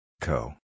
Co